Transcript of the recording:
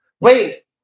Wait